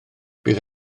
bydd